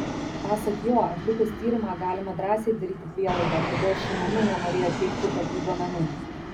pasak jo atlikus tyrimą galima drąsiai daryti prielaidą kodėl šmm nenorėjo teikti tokių duomenų